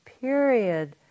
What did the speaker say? period